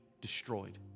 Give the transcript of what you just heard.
destroyed